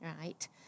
right